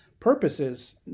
purposes